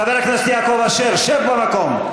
חבר הכנסת יעקב אשר, שב במקום.